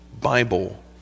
Bible